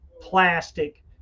plastic